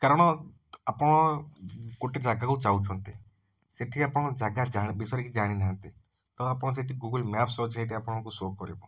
କାରଣ ଆପଣ ଗୋଟେ ଜାଗା କୁ ଯାଉଛନ୍ତି ସେଠି ଆପଣ ଜାଗା ଜା ବିଷୟରେ କିଛି ଜାଣି ନାହାଁନ୍ତି ତ ଆପଣ ସେଠି ଗୁଗଲ ମ୍ୟାପ ସର୍ଚ୍ ସେଠି ଆପଣଙ୍କୁ ଶୋ କରିବ